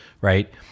right